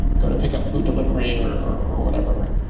go to pick up food delivery or or whatever.